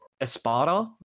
Esparta